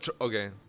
okay